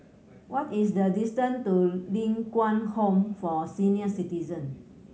what is the distance to Ling Kwang Home for Senior Citizen